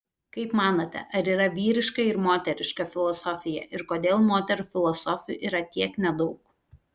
kaip manote ar yra vyriška ir moteriška filosofija ir kodėl moterų filosofių yra tiek nedaug